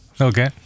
Okay